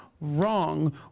wrong